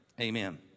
amen